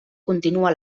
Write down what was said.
continua